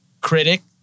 critic